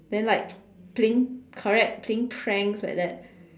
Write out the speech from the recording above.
then like playing correct playing pranks like that